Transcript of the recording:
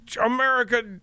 America